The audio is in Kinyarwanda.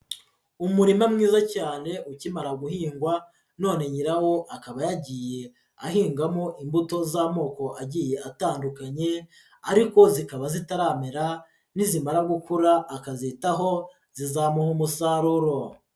Umurima mwiza cyane ukimara guhingwa, none nyirawo akaba yagiye ahingamo imbuto z'amoko agiye atandukanye, ariko zikaba zitaramera, nizimara gukura akazitaho zizamuha umusaruro.